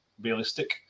realistic